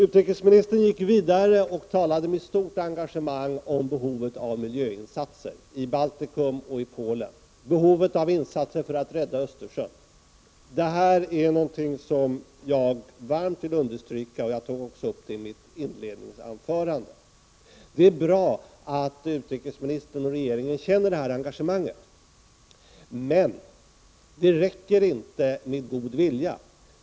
Utrikesministern gick vidare och talade med stort engagemang om behovet av miljöinsatser i Baltikum och i Polen och behovet av insatser för att rädda Östersjön. Det är någonting som jag varmt vill understryka, och jag tog också upp det i mitt inledningsanförande. Det är bra att utrikesministern och regeringen känner det här engagemanget, men det räcker inte med god vilja.